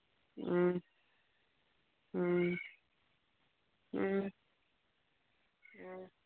ꯎꯝ ꯎꯝ ꯎꯝ ꯎꯝ